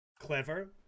clever